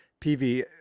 pv